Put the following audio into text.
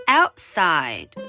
outside